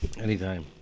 Anytime